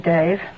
Dave